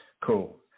Cool